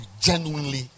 genuinely